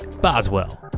Boswell